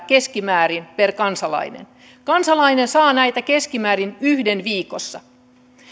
keskimäärin neljäkymmentä per kansalainen kansalainen saa näitä keskimäärin yhden viikossa